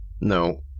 No